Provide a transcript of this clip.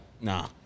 nah